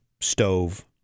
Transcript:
stove